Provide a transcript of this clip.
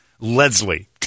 Leslie